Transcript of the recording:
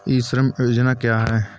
ई श्रम योजना क्या है?